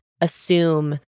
assume